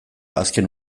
azken